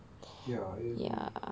ya I agree